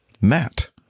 Matt